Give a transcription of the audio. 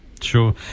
Sure